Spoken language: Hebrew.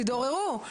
תתעוררו,